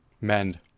mend